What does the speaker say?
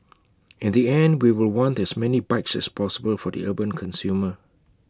in the end we will want as many bikes as possible for the urban consumer